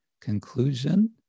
conclusion